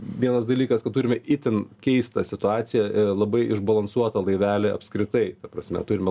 vienas dalykas kad turime itin keistą situaciją labai išbalansuotą laivelį apskritai ta prasme turime